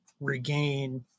Regain